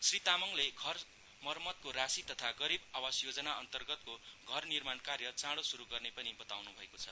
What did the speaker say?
श्री तामाङले घर मरम्मतको राशि तथा गरीब आवास योजना अन्तर्गतको घर निर्माण कार्य चाँडो शुरु गर्ने पनि बताउनुभएको छ